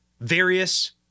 various